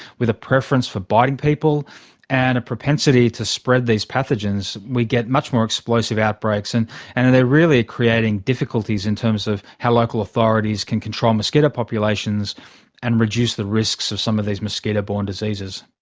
with a preference for biting people and a propensity to spread these pathogens, we get much more explosive outbreaks, and and they are really creating difficulties in terms of how local authorities can control mosquito populations and reduce the risks of some of these mosquito borne diseases.